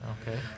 okay